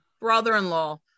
brother-in-law